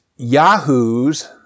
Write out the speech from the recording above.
yahoos